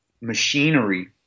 machinery